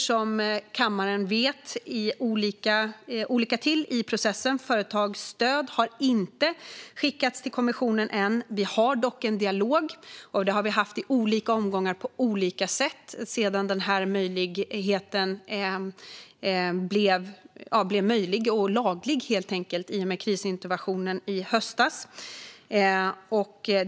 Som kammaren vet ligger de lite olika till i processen, och företagsstöd har inte skickats till kommissionen än. Vi har dock en dialog, och det har vi haft i olika omgångar och på olika sätt sedan detta blev möjligt och lagligt i och med krisinterventionen i höstas.